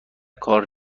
کار